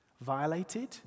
Violated